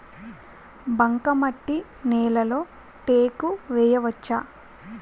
బంకమట్టి నేలలో టేకు వేయవచ్చా?